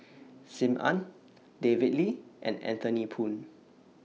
SIM Ann David Lee and Anthony Poon